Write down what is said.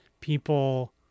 people